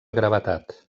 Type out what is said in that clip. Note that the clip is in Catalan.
gravetat